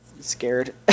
scared